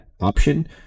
option